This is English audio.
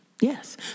Yes